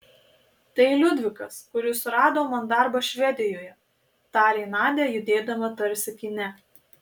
tai liudvikas kuris surado man darbą švedijoje tarė nadia judėdama tarsi kine